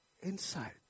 inside